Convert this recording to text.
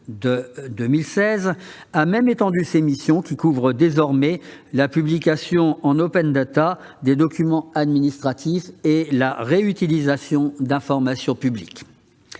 numérique a même étendu ses missions, lesquelles couvrent désormais la publication en open data des documents administratifs et la réutilisation d'informations publiques.